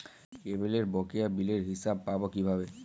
কেবলের বকেয়া বিলের হিসাব পাব কিভাবে?